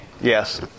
Yes